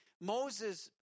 Moses